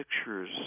pictures